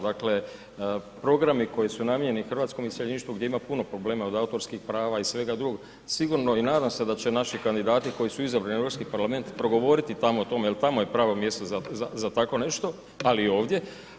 Dakle, programi koji su namijenjeni hrvatskom iseljeništvu gdje ima puno problema, od autorskih prava i svega drugog, sigurno i nadam se da će naši kandidati koji su izabrani u Europski parlament progovoriti tamo o tome jer tamo je pravo mjesto za takvo nešto, ali i ovdje.